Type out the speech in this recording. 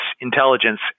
Intelligence